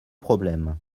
problèmes